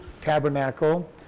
tabernacle